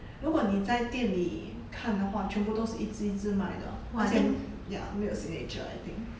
如果你在店里看的话全部都是一支一支卖的而且 ya 没有 signature I think